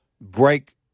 break